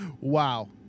Wow